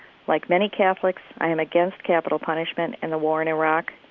like many catholics, i am against capital punishment and the war in iraq.